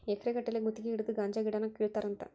ಎಕರೆ ಗಟ್ಟಲೆ ಗುತಗಿ ಹಿಡದ ಗಾಂಜಾ ಗಿಡಾನ ಕೇಳತಾರಂತ